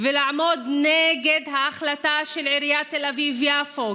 ולעמוד נגד ההחלטה של עיריית תל אביב-יפו,